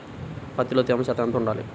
పత్తిలో తేమ శాతం ఎంత ఉండాలి?